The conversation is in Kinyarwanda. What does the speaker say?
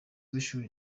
w’ishuri